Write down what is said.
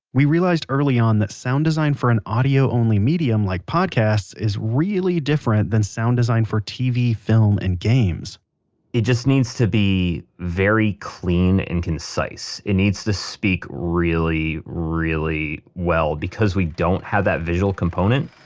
we realized early on that sound design for an audio-only medium like podcasts is really different than sound design for tv, film, or and games it just needs to be very clean and concise. it needs to speak really really well because we don't have that visual component